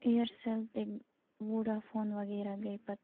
اِیرسٮ۪ل تہِ ووڈافون وغیرہ گٔے پَتہٕ